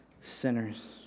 sinners